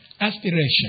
Aspiration